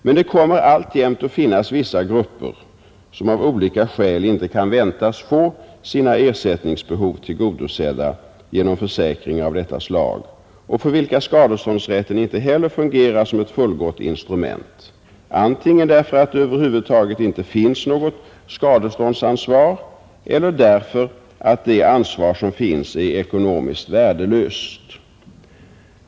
Men det kommer alltjämt att finnas vissa grupper som av olika skäl inte kan väntas få sina ersättningsbehov tillgodosedda genom försäkringar av detta slag och för vilka skadeståndsrätten inte heller fungerar som ett fullgott instrument antingen därför att det över huvud taget inte finns något skadeståndsansvar eller därför att det ansvar som finns är ekonomiskt värdelöst.